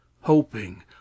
hoping